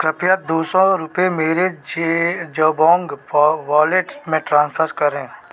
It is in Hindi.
कृपया दो सौ रुपये मेरे जे जबौंग वॉलेट में ट्रांसफर करें